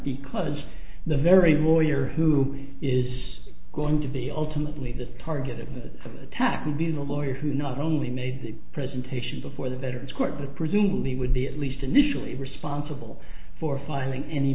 because the very warrior who is going to be ultimately the target of the attack even a lawyer who not only made the presentation before the veterans court but presumably would be at least initially responsible for filing any